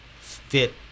fit